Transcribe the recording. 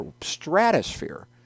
stratosphere